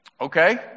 Okay